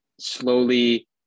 slowly